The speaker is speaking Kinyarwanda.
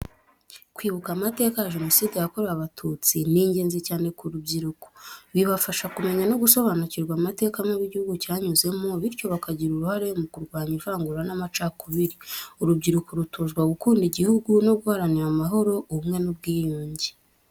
Kwibuka amateka ya Jenoside yakorewe Abatutsi ni ingenzi cyane ku rubyiruko. Bibafasha kumenya no gusobanukirwa n’amateka mabi igihugu cyanyuzemo, bityo bakagira uruhare mu kurwanya ivangura n’amacakubiri. Urubyiruko rutozwa gukunda igihugu no guharanira amahoro, ubumwe n’ubwiyunge.